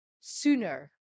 sooner